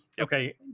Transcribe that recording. okay